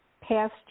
past